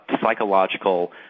psychological